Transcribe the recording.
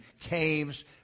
caves